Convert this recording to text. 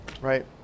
right